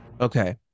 Okay